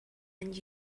and